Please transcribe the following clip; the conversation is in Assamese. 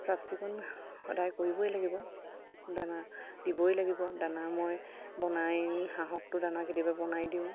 চাফ চিকুণ সদায় কৰিবই লাগিব দানা দিবই লাগিব দানা মই বনাই হাঁহকতো দানা কেতিয়াবা বনাই দিওঁ